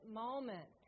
moment